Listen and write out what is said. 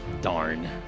Darn